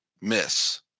miss